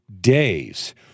days